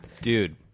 Dude